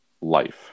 life